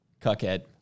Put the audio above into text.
cuckhead